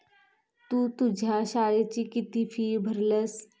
तु तुझ्या शाळेची किती फी भरलस?